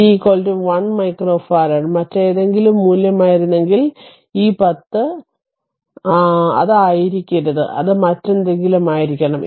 c 1 microfarad മറ്റേതെങ്കിലും മൂല്യമായിരുന്നെങ്കിൽ ഈ 10 അത് 10 ആയിരിക്കരുത് അത് മറ്റെന്തെങ്കിലും ആയിരിക്കണം